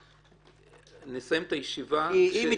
נסיים את הישיבה...